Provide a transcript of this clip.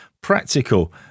practical